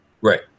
Right